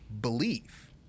believe